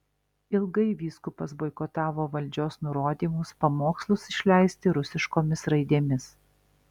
ilgai vyskupas boikotavo valdžios nurodymus pamokslus išleisti rusiškomis raidėmis